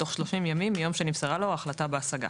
בתוך 30 ימים מיום שנמסרה לו ההחלטה בהשגה.